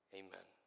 amen